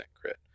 crit